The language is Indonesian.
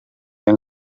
yang